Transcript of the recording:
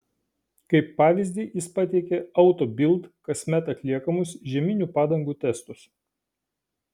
kaip pavyzdį jis pateikė auto bild kasmet atliekamus žieminių padangų testus